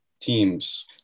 teams